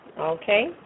Okay